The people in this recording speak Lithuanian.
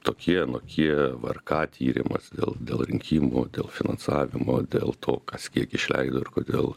tokie anokie vrk tyrimas dėl dėl rinkimų dėl finansavimo dėl to kas kiek išleido ir kodėl